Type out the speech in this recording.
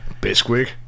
Bisquick